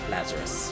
Lazarus